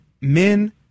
men